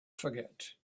forget